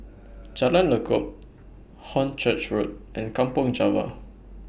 Jalan Lekub Hornchurch Road and Kampong Java